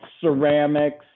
ceramics